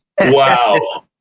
Wow